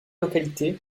localité